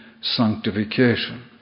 sanctification